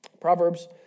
Proverbs